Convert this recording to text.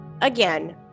again